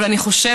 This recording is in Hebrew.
אבל אני חושבת